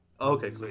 Okay